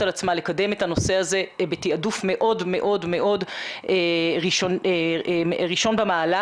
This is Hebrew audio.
על עצמה לקדם את הנושא הזה בתיעדוף מאוד מאוד מאוד ראשון במעלה,